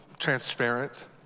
transparent